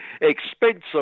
expensive